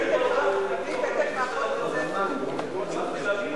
תביא פתק מאחות בית-ספר.